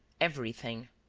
everything.